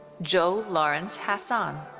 joel lawrence hasson.